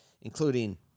including